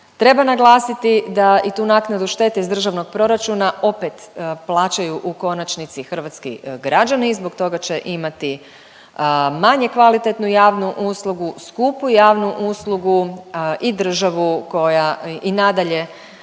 Treba naglasiti da i tu naknadu štete iz državnog proračuna opet plaćaju u konačnici hrvatski građani, zbog toga će imati manje kvalitetnu javnu uslugu, skupu javnu uslugu i državu koja i nadalje